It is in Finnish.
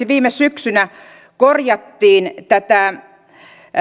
viime syksynä korjattiin tätä